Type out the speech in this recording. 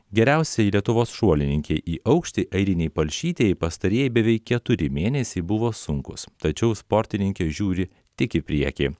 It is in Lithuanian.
geriausiai lietuvos šuolininkei į aukštį airinei palšytei pastarieji beveik keturi mėnesiai buvo sunkūs tačiau sportininkė žiūri tik į priekį